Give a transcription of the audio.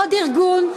אדוני היושב-ראש,